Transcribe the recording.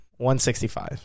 165